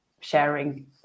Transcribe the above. sharing